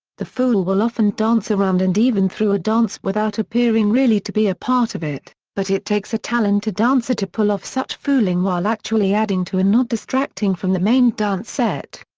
the fool will often dance around and even through a dance without appearing really to be a part of it, but it takes a talented dancer to pull off such fooling while actually adding to and not distracting from the main dance set.